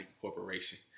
Corporation